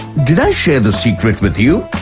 did i share the secret with you?